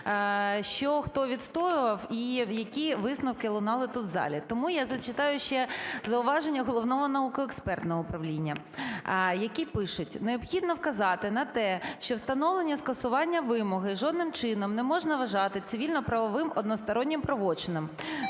що хто відстоював і які висновки лунали тут в залі. Тому я зачитаю ще зауваження Головного науково-експертного управління, які пишуть: "Необхідно вказати на те, що встановлення скасування вимоги жодним чином не можна вважати цивільно-правовим одностороннім правочином.